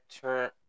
turn